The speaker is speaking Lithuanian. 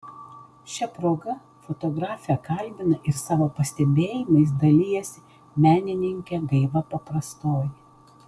šia proga fotografę kalbina ir savo pastebėjimais dalijasi menininkė gaiva paprastoji